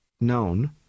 known